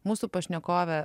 mūsų pašnekovė